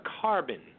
carbon